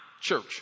church